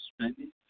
spending